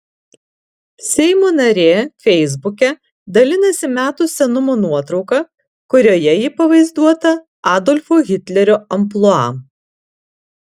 seimo narė feisbuke dalinasi metų senumo nuotrauka kurioje ji pavaizduota adolfo hitlerio amplua